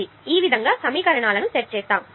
కాబట్టి ఈ విధంగా సమీకరణాలను సెట్ చేస్తాము